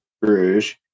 Bruges